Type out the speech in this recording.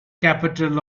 capital